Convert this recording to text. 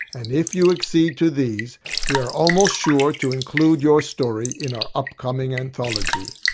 and if you accede to these we are almost sure to include your story in our upcoming anthology.